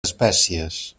espècies